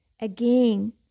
Again